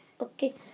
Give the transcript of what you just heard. okay